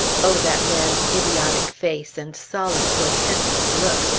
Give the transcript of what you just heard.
o that man's idiotic face, and solemn, portentous look,